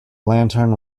lantern